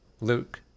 Luke